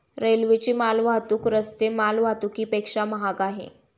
रेल्वेची माल वाहतूक रस्ते माल वाहतुकीपेक्षा महाग आहे